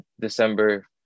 December